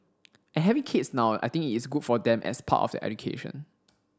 and having kids now I think it is good for them as part of their education